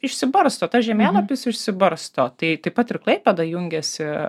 išsibarsto tas žemėlapis išsibarsto tai taip pat ir klaipėda jungiasi